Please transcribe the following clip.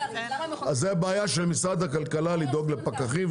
זו בעיה של משרד הכלכלה לדאוג לפקחים,